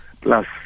plus